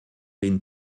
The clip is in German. den